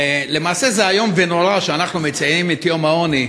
למעשה זה איום ונורא שאנחנו מציינים את יום העוני,